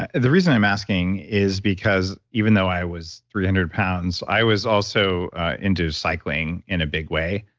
ah the reason i'm asking is because even though i was three hundred pounds, i was also into cycling in a big way